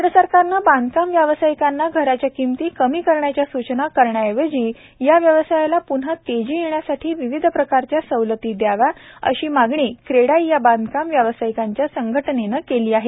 केंद्र सरकारनं बांधकाम व्यवसायिकांना घराच्या किमती कमी करण्याच्या सुचना करण्याऐवजी या व्यवसायाला प्रन्हा तेजी येण्यासाठी विविध प्रकारच्या सवलती द्याव्यात अशी मागणी क्रेडाई या बांधकाम व्यवसायिकांच्या संघटनेनं केली आहे